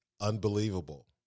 unbelievable